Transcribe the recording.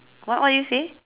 what what did you say